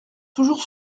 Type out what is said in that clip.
toujours